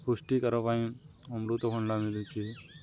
ପୁଷ୍ଟିକାର ପାଇଁ ଅମୃତଭଣ୍ଡା ମିିଳୁଛି